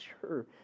sure